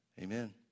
amen